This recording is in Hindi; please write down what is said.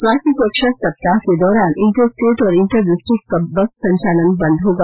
स्वास्थ्य सुरक्षा सप्ताह के दौरान इंटर स्टेट और इंटर डिस्ट्रिक्ट बस संचालन बंद होगा